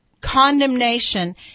condemnation